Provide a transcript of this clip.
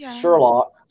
Sherlock